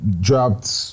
dropped